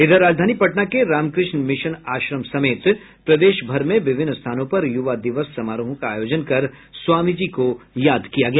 इधर राजधानी पटना के रामकृष्ण मिशन आश्रम समेत प्रदेश भर में विभिन्न स्थानों पर युवा दिवस समाराहों का आयोजन कर स्वामीजी को याद किया गया